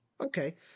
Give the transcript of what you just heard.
Okay